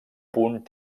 punt